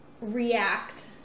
react